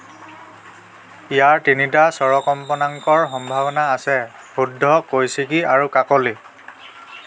ইয়াৰ তিনিটা স্বৰকম্পনাঙ্কৰ সম্ভাৱনা আছে শুদ্ধ কৌশিকি আৰু কাকলি